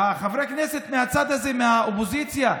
חבר הכנסת מהצד הזה, מהאופוזיציה,